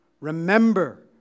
Remember